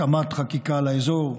התאמת חקיקה לאזור,